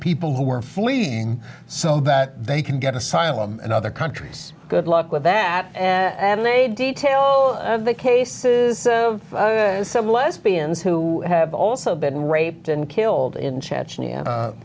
people who are fleeing so that they can get asylum in other countries good luck with that and they detail the cases of some lesbians who have also been raped and killed in chechnya